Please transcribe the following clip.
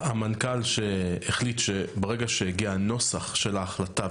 המנכ"ל שהחליט שברגע שהגיע הנוסח של ההחלטה,